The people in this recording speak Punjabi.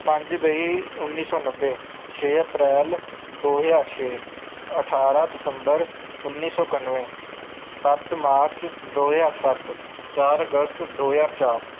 ਪੰਜ ਬਈ ਉੱਨੀ ਸੌ ਨੱਬੇ ਛੇ ਅਪ੍ਰੈਲ ਦੋ ਹਜ਼ਾਰ ਛੇ ਅਠਾਰ੍ਹਾਂ ਦਸੰਬਰ ਉੱਨੀ ਸੌ ਇਕਾਨਵੇਂ ਸੱਤ ਮਾਰਚ ਦੋ ਹਜ਼ਾਰ ਸੱਤ ਚਾਰ ਅਗਸਤ ਦੋ ਹਜ਼ਾਰ ਚਾਰ